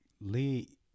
Lee